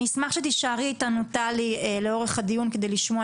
אני אשמח שתישארי אתנו לאורך הדיון כדי לשמוע,